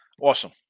Awesome